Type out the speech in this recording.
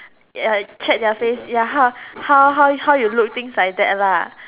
ya check their face ya how how how how you look things like that lah